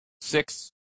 Six